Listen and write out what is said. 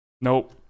Nope